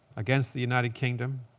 against the united kingdom.